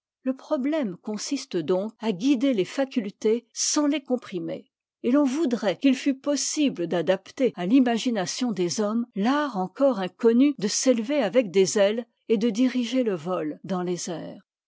le problème consiste donc à guider les facultés sans les comprimer et l'on voudrait qu'il fût possible d'adapter à l'imagination des hommes l'art encore inconnu de s'élever avec des ailes et de diriger le vol dans les airs